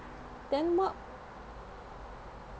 then what